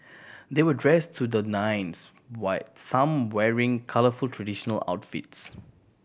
they were dressed to the nines white some wearing colourful traditional outfits